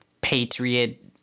patriot